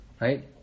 right